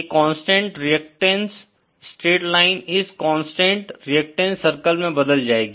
ये constant reactance straight line इस constant reactance circle में बदल जाएगी